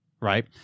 right